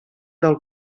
del